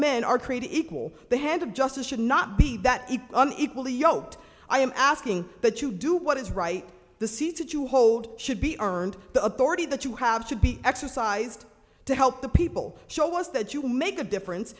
men are created equal the hand of justice should not be that it equally yoked i am asking that you do what is right the seats that you hold should be earned the authority that you have to be exercised to help the people show us that you make a difference